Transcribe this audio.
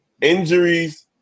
injuries –